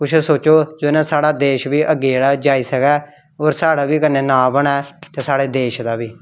कुछ सोचो जेह्दे नै साढ़ा देश बी अग्गें जेह्ड़ा जाई सकै और साढ़ा बी कन्नै नांऽ बने ते साढ़े देश दा बी